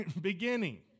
beginning